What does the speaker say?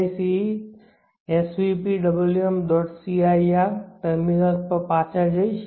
cir terminals પર પાછા જઈશ